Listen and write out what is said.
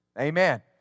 Amen